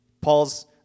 Paul's